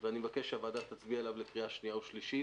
ואני מבקש שהוועדה תצביע עליו לקריאה שנייה ושלישית.